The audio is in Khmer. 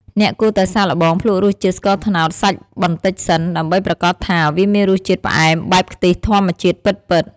អ្នកគួរតែសាកល្បងភ្លក់រសជាតិស្ករត្នោតសាច់បន្តិចសិន ដើម្បីប្រាកដថាវាមានរសជាតិផ្អែមបែបខ្ទិះធម្មជាតិពិតៗ។